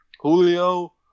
Julio